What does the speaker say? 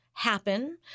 happen